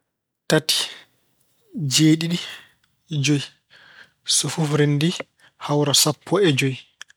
Tati, jeeɗiɗi, joyi. So fof renndii hawra sappo e joyi.